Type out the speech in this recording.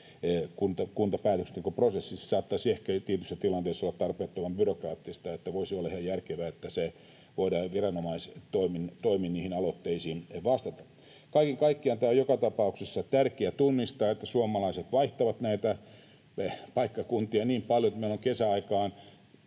Kuntapäätöksentekoprosessissa se saattaisi ehkä tietyssä tilanteessa olla tarpeettoman byrokraattista. Voisi olla ihan järkevää, että voidaan viranomaistoimin niihin aloitteisiin vastata. Kaiken kaikkiaan tämä on joka tapauksessa tärkeää tunnistaa, että suomalaiset vaihtavat näitä paikkakuntia niin paljon, että meillä kesäaikaan